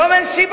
היום אין סיבה.